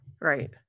Right